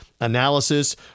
analysis